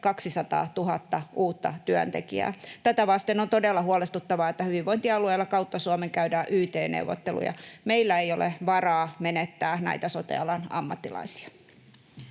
200 000 uutta työntekijää. Tätä vasten on todella huolestuttavaa, että hyvinvointialueilla kautta Suomen käydään yt-neuvotteluja. Meillä ei ole varaa menettää näitä sote-alan ammattilaisia.